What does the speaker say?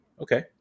Okay